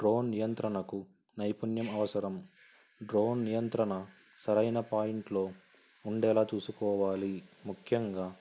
drone నియంత్రణకు నైపుణ్యం అవసరం డ్రోన్ నియంత్రణ సరైన పాయింట్లో ఉండేలా చూసుకోవాలి ముఖ్యంగా